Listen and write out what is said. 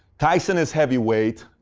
tyson is heavyweight,